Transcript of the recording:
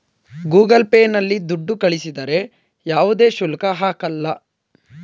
Google Pay ನಲ್ಲಿ ದುಡ್ಡು ಕಳಿಸಿದರೆ ಯಾವುದೇ ಶುಲ್ಕ ಹಾಕಲ್ಲ